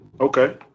Okay